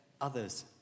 others